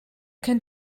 can